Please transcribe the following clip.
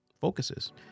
focuses